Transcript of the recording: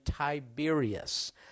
Tiberius